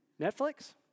Netflix